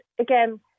again